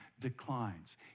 declines